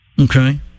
Okay